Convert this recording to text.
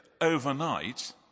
Overnight